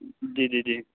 جی جی جی